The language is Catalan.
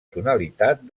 tonalitat